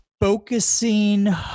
focusing